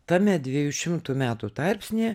tame dviejų šimtų metų tarpsnyje